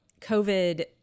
COVID